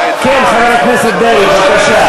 כן, חבר הכנסת דרעי, בבקשה.